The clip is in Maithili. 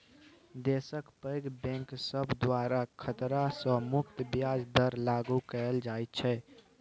देशक पैघ बैंक सब द्वारा खतरा सँ मुक्त ब्याज दर लागु कएल जाइत छै